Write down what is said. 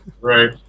Right